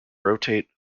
rotate